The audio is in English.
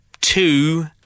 two